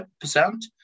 percent